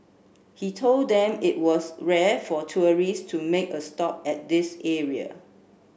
he told them that it was rare for tourists to make a stop at this area